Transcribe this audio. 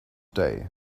day